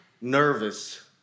nervous